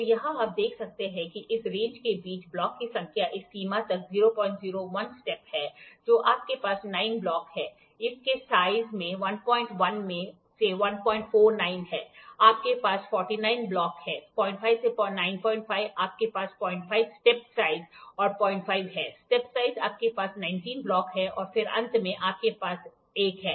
तो यहाँ आप देख सकते हैं कि इस रेंज के बीच ब्लॉक की संख्या इस सीमा तक 0001 स्टेप है जो आपके पास 9 ब्लॉक है इस के साइज़ में 11 से 149 है आपके पास 49 ब्लॉक हैं 05 से 95 आपके पास 05 स्टेप साइज़ और 05 है स्टेप साइज़ आपके पास 19 ब्लॉक हैं और फिर अंत में आपके पास 1 है